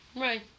Right